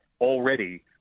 already